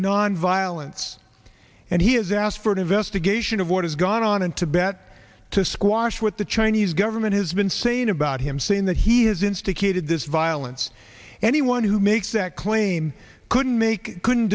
nonviolence and he has asked for an investigation of what has gone on in tibet to squash what the chinese government has been saying about him saying that he has instigated this violence anyone who makes that claim couldn't make couldn't